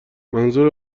منظور